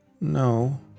No